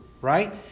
right